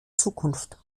zukunft